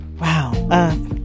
Wow